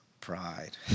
pride